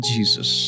Jesus